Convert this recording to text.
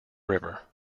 river